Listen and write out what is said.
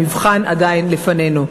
המבחן עדיין לפנינו.